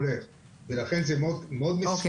ולכן זה מסובך --- אוקיי,